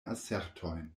asertojn